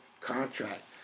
contract